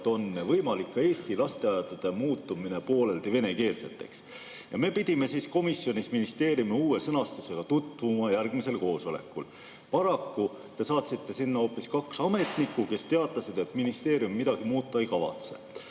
on võimalik ka Eesti lasteaedade muutumine pooleldi venekeelseteks. Ja me pidime komisjonis ministeeriumi uue sõnastusega tutvuma järgmisel koosolekul. Paraku te saatsite sinna hoopis kaks ametnikku, kes teatasid, et ministeerium midagi muuta ei kavatse.